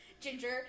Ginger